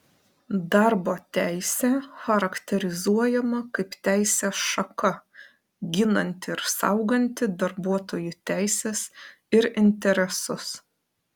darbo teisė charakterizuojama kaip teisės šaka ginanti ir sauganti darbuotojų teises ir interesus